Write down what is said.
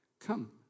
Come